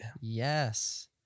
Yes